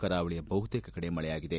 ಕರಾವಳಿಯ ಬಹುತೇಕ ಕಡೆ ಮಳೆಯಾಗಿದೆ